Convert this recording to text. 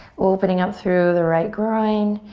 opening up through the right groin.